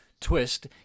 Twist